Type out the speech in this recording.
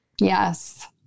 Yes